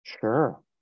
Sure